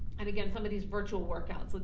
and again some of these virtual workouts, ah